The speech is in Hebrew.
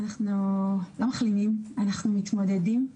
אנחנו נבנה לך תוכנית לאט-לאט.